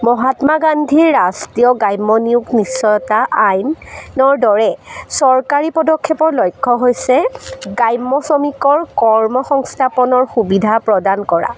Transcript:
মহাত্মা গান্ধী ৰাষ্ট্ৰীয় গ্ৰাম্য নিয়োগ নিশ্চয়তা আইনৰ দৰে চৰকাৰী পদক্ষেপৰ লক্ষ্য হৈছে গ্ৰাম্য শ্ৰমিকৰ কৰ্মসংস্থাপনৰ সুবিধা প্ৰদান কৰা